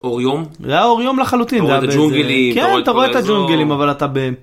אור-יום. זה היה אור-יום לחלוטין. כן אתה רואה את הג׳ונגלים אבל אתה ב